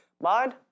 Mind